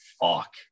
fuck